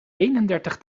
eenendertig